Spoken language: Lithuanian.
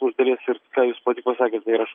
iš dalies ir ką jūs pati pati pasakėt tai yra